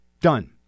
Done